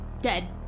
Dead